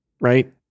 right